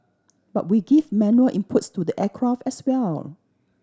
but we give manual inputs to the aircraft as well